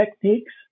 techniques